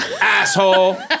asshole